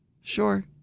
sure